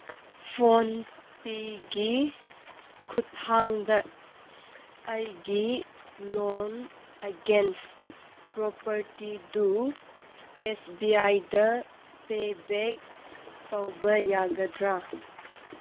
ꯐꯣꯟꯄꯦꯒꯤ ꯈꯨꯠꯊꯥꯡꯗ ꯑꯩꯒꯤ ꯂꯣꯟ ꯑꯦꯒꯦꯟꯁ ꯄ꯭ꯔꯣꯄꯔꯇꯤꯗꯨ ꯑꯦꯁ ꯕꯤ ꯑꯥꯏꯗ ꯄꯦꯕꯦꯛ ꯇꯧꯕ ꯌꯥꯒꯗ꯭ꯔꯥ